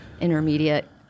intermediate